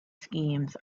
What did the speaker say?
schemes